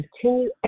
continue